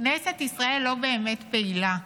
כנסת ישראל לא באמת פעילה.